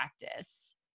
practice